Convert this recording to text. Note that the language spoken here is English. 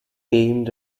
aimed